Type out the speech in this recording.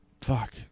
Fuck